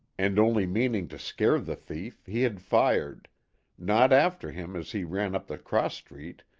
and only meaning to scare the thief, he had fired not after him as he ran up the cross street,